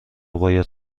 باید